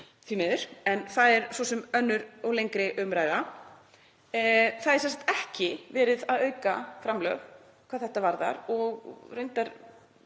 en það er svo sem önnur og lengri umræða. Það er sem sagt ekki verið að auka framlög hvað þetta varðar, og reyndar